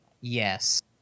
Yes